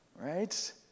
right